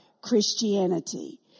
Christianity